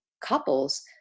couples